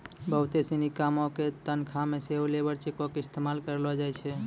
बहुते सिनी कामो के तनखा मे सेहो लेबर चेको के इस्तेमाल करलो जाय छै